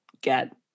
get